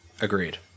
Agreed